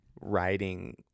writing